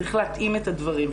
צריך להתאים את הדברים.